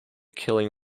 killing